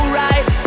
right